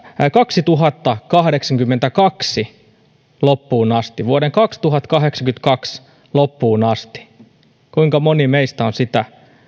kaksituhattakahdeksankymmentäkaksi loppuun asti vuoden kaksituhattakahdeksankymmentäkaksi loppuun asti kuinka moni meistä on sitä